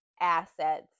assets